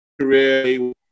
career